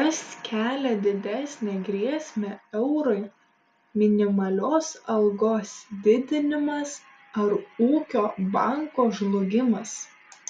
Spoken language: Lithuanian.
kas kelia didesnę grėsmę eurui minimalios algos didinimas ar ūkio banko žlugimas